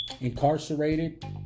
incarcerated